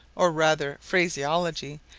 or rather phraseology,